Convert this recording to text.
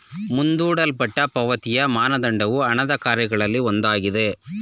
ಮುಂದೂಡಲ್ಪಟ್ಟ ಪಾವತಿಯ ಮಾನದಂಡವು ಹಣದ ಕಾರ್ಯಗಳಲ್ಲಿ ಒಂದಾಗಿದೆ